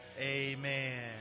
Amen